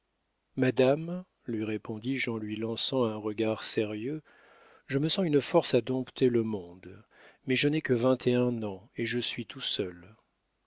madame lui répondis-je en lui lançant un regard sérieux je me sens une force à dompter le monde mais je n'ai que vingt et un ans et je suis tout seul